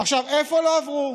איפה לא עברו?